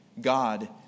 God